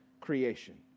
creation